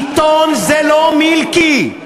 עיתון זה לא מילקי.